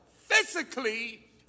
Physically